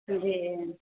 जी